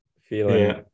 feeling